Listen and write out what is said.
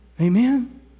Amen